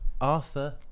Arthur